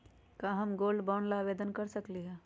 का हम gold bond ला आवेदन कर सकली ह?